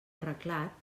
arreglat